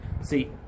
See